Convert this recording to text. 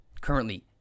currently